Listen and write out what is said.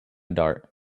dart